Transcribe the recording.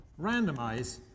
randomize